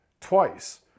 twice